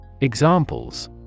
Examples